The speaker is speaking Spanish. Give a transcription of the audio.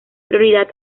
prioridad